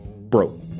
Bro